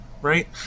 Right